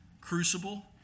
crucible